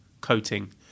coating